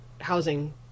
housing